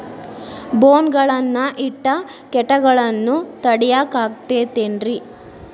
ಬೋನ್ ಗಳನ್ನ ಇಟ್ಟ ಕೇಟಗಳನ್ನು ತಡಿಯಾಕ್ ಆಕ್ಕೇತೇನ್ರಿ?